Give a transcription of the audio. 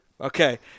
okay